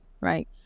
right